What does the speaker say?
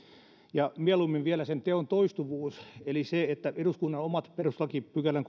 ja mieluummin vielä sen teon toistuvuus eli se että eduskunnan omat perustuslain kolmannenkymmenennenensimmäisen pykälän